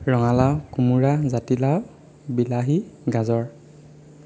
ৰঙালাও কোমোৰা জাতিলাও বিলাহী গাজৰ